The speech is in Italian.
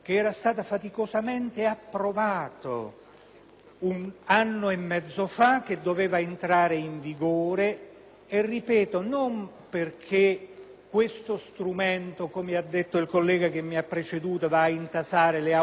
un anno e mezzo fa e che doveva entrare in vigore. Ripeto, questo strumento non va, come ha detto il collega che mi ha preceduto, ad intasare le aule giudiziarie, ma semplifica